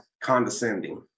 condescending